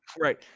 Right